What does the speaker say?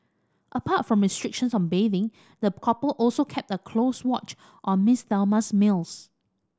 apart from restrictions on bathing the couple also kept a close watch on Miss Thelma's meals